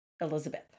Elizabeth